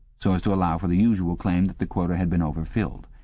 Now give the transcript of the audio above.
so as to allow for the usual claim that the quota had been overfulfilled.